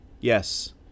Yes